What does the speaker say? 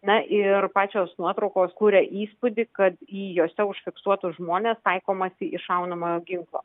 na ir pačios nuotraukos kuria įspūdį kad į juose užfiksuotus žmones taikomasi iš šaunamojo ginklo